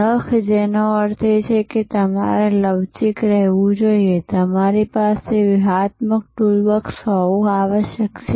નખ જેનો અર્થ છે કે તમારે લવચીક રહેવું જોઈએ તમારી પાસે વ્યૂહાત્મક ટૂલબોક્સ હોવું આવશ્યક છે